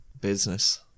Business